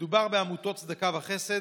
מדובר בעמותות צדקה וחסד,